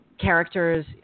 characters